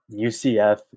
UCF